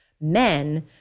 men